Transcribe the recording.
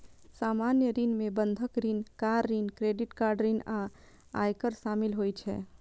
सामान्य ऋण मे बंधक ऋण, कार ऋण, क्रेडिट कार्ड ऋण आ आयकर शामिल होइ छै